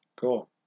Cool